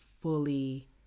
fully